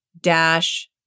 dash